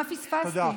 מה פספסתי?